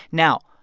now,